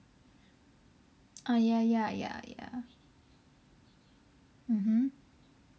oh ya ya ya ya mmhmm